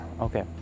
Okay